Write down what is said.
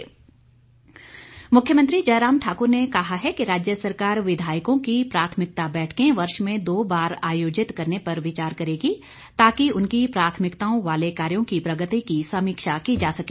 प्राथमिकता बैठकें मुख्यमंत्री जयराम ठाकुर ने कहा है कि राज्य सरकार विधायकों की प्राथमिकता बैठकें वर्ष में दो बार आयोजित करने पर विचार करेगी ताकि उनकी प्राथमिकताओं वाले कार्यों की प्रगति की समीक्षा की जा सके